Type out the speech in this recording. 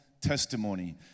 testimony